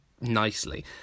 nicely